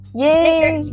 yay